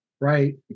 Right